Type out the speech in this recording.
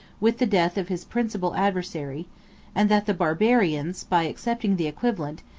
with the death of his principal adversary and that the barbarians, by accepting the equivalent,